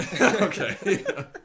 okay